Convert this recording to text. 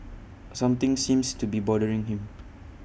something seems to be bothering him